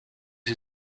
sie